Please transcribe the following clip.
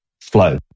flow